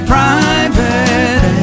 Private